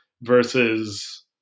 versus